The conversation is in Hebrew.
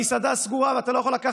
בפני המוזיאון ובכלל,